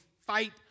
fight